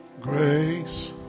Grace